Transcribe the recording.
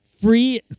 Free